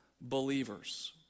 believers